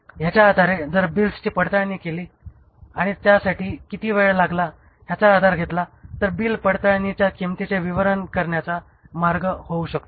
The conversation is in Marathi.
ह्याच्या आधारे जर बिल्स ची पडताळणी केली आणि त्या साठी किती वेळ लागला ह्याचा आधार घेतला तर हा बिल पडताळणीच्या किंमतीचे वितरण करण्याचा मार्ग होऊ शकतो